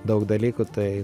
daug dalykų tai